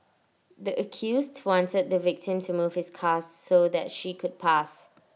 the accused wanted the victim to move his car so that she could pass